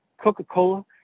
Coca-Cola